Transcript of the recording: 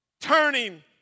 turning